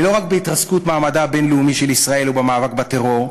ולא רק בהתרסקות מעמדה הבין-לאומי של ישראל ובמאבק בטרור.